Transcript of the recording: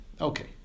Okay